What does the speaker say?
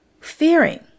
fearing